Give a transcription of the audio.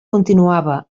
continuava